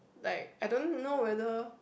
like I don't know whether